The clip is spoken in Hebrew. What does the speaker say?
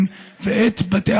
בעניין זה, אדוני